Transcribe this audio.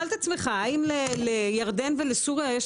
תשאל את עצמך האם לירדן ולסוריה יש